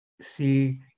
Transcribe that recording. see